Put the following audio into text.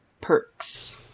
perks